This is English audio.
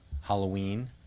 halloween